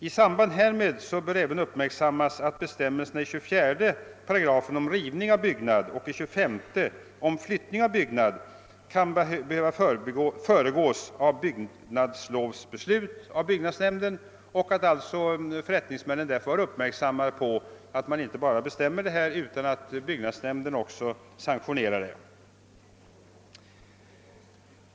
I samband härmed bör även uppmärksammas att rivning av byggnad enligt 24 8 och flyttning av byggnad enligt 25 § kan behöva föregås av byggnadslovsbeslut av byggnadsnämnden och att alltså förrättningsmännen får vara uppmärksamma på att inte bara meddela bestämmelser om rivning eller flyttning av byggnad, utan att också se till att byggnadsnämnden i de fall då så erfordras sanktionerar det.